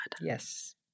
Yes